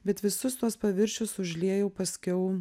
bet visus tuos paviršius užliejau paskiau